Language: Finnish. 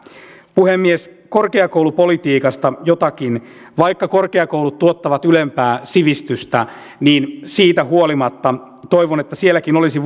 puhemies korkeakoulupolitiikasta jotakin vaikka korkeakoulut tuottavat ylempää sivistystä niin siitä huolimatta toivon että sielläkin olisi